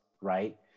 right